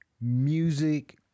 music